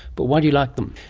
but why do you like them?